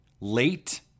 late